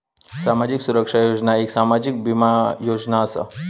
सामाजिक सुरक्षा योजना एक सामाजिक बीमा योजना असा